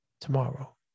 tomorrow